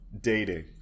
Dating